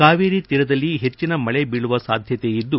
ಕಾವೇರಿ ತೀರದಲ್ಲಿ ಹೆಚ್ಚನ ಮಳೆ ಬೀಳುವ ಸಾಧ್ಯತೆ ಇದ್ದು